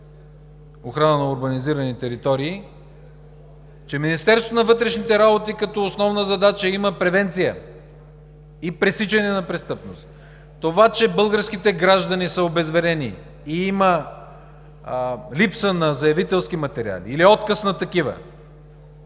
охрана на урбанизирани територии, че Министерството на вътрешните работи като основна задача има превенция и пресичане на престъпност. Това, че българските граждани са обезверени и има липса на заявителски материали или отказ на такива,